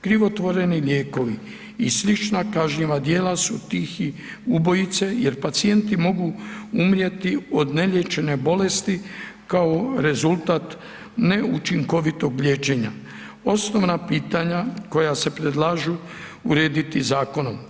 Krivotvorenih lijekovi i slična kažnjiva djela su tihi ubojice jer pacijenti mogu umrijeti od neliječene bolesti kao rezultat neučinkovitog liječenja, osnovna pitanja koja se predlažu urediti zakonom.